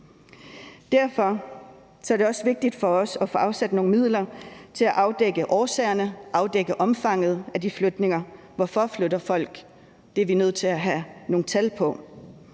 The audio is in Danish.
Derfor er det også vigtigt for os at få afsat nogle midler til at afdække årsagerne og afdække omfanget af de flytninger. Hvorfor flytter folk? Det er vi nødt til at have nogle tal på.